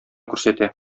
күрсәтә